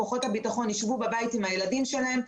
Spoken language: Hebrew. כוחות הביטחון ישבו בבית עם הילדים שלהם,